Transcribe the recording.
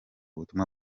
butumwa